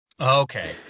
Okay